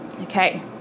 okay